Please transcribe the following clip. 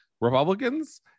Republicans